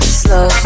slow